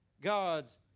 God's